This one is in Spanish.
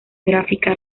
gráfica